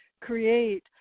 create